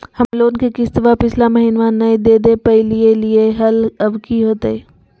हम लोन के किस्तवा पिछला महिनवा नई दे दे पई लिए लिए हल, अब की होतई?